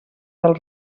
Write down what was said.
del